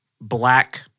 black